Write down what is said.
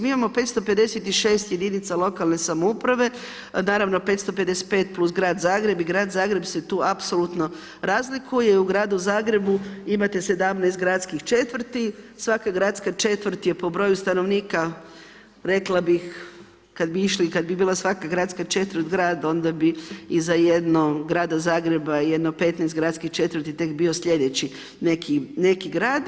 Mi imamo 556 jedinice lokalne samouprave, naravno 550 plus Grad Zagreb i Grad Zagreb se tu apsolutno razlikuje i u Gradu Zagrebu imate 17 gradskih četvrti, svaka gradska četvrt je po broju st. rekla bi kada bi išli i kada bi svaka gradska četvrt grad, onda bi za jedno Grada Zagreba i jedno 15 gradskih četvrti tek bio sljedeći neki grad.